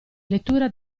lettura